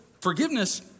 forgiveness